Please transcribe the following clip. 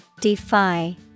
Defy